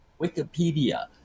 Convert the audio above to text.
Wikipedia